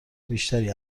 بیشتری